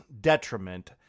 detriment